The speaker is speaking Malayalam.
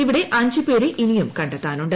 ഇവിടെ അഞ്ചുപേരെ ഇനിയും കണ്ടെത്താനുണ്ട്